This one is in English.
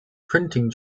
printing